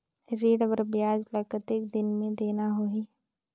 ऋण कर ब्याज ला कतेक दिन मे देना होही?